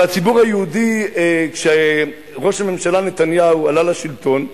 והציבור היהודי, כשראש הממשלה נתניהו עלה לשלטון,